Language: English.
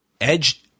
Edge